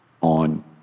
on